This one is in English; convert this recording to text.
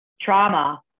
trauma